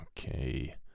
Okay